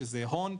של הון,